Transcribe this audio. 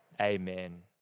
amen